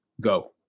Go